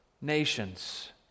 nations